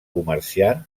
comerciant